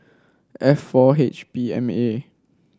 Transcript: F four H B M A